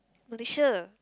Malaysia